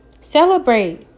Celebrate